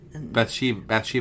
Bathsheba